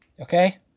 Okay